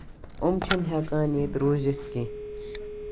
أمۍ چھِنہٕ ہٮ۪کان ییٚتہِ روٗزِتھ کینٛہہ